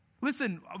Listen